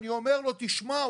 אני אומר לו: תשמע,